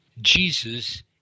Jesus